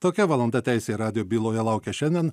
tokia valanda teisė radijo byloje laukia šiandien